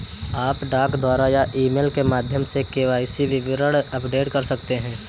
आप डाक द्वारा या ईमेल के माध्यम से के.वाई.सी विवरण अपडेट कर सकते हैं